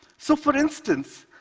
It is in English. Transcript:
so for instance,